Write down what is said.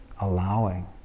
allowing